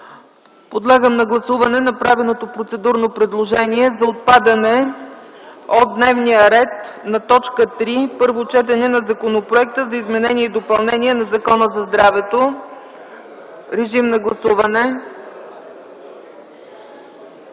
Подлагам на гласуване направеното процедурно предложение за отпадане от дневния ред на точка трета – Първо четене на Законопроекта за изменение и допълнение на Закона за здравето. Гласували